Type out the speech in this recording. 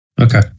Okay